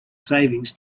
savings